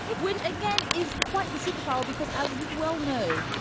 which again, is quite the superpower, because as we well know,